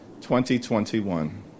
2021